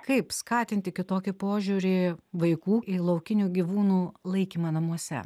kaip skatinti kitokį požiūrį vaikų į laukinių gyvūnų laikymą namuose